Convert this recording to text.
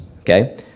okay